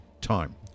time